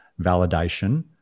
validation